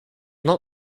not